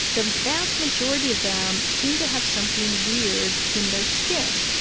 the vast majority of them seem to have something weird in their skin.